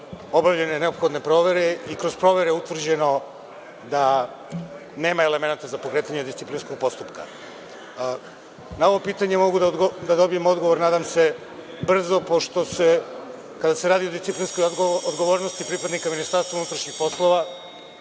obavljene neophodne provere i kroz provere utvrđeno da nema elemenata za pokretanje disciplinskog postupka? Na ovo pitanje mogu da dobijem odgovor, nadam se brzo, pošto se kada se radi o disciplinskoj odgovornosti pripadnika MUP ne radi o